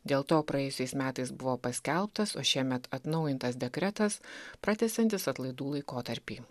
dėl to praėjusiais metais buvo paskelbtas o šiemet atnaujintas dekretas pratęsiantis atlaidų laikotarpį